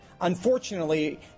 unfortunately